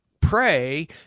pray